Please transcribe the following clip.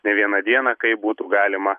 ne vieną dieną kaip būtų galima